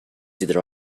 either